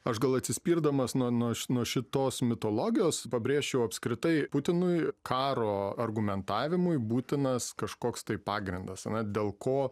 aš gal atsispirdamas nuo nuo nuo šitos mitologijos pabrėžčiau apskritai putinui karo argumentavimui būtinas kažkoks tai pagrindas ane dėl ko